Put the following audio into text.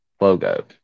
logo